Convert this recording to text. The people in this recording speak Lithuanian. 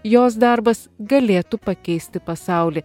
jos darbas galėtų pakeisti pasaulį